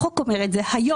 החוק אומר את זה היום.